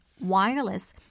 wireless